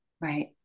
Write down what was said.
Right